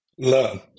learn